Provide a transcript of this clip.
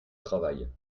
travail